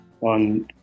on